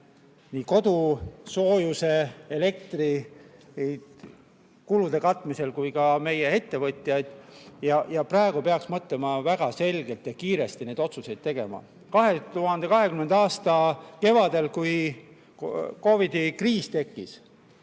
inimesi kodusoojuse ja elektri kulude katmisel ning ka meie ettevõtjaid. Praegu peaks mõtlema väga selgelt ja kiiresti neid otsuseid tegema. 2020. aasta kevadel, kui COVID‑i kriis tekkis,